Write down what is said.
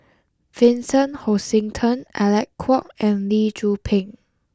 Vincent Hoisington Alec Kuok and Lee Tzu Pheng